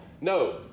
No